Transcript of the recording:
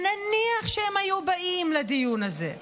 נניח שהם היו באים לדיון הזה,